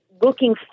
looking